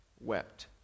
wept